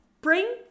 Bring